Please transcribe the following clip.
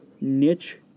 niche